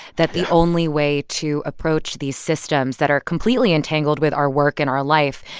that the only way to approach these systems, that are completely entangled with our work and our life,